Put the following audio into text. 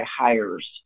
Hires